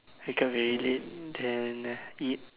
wake up very late then eat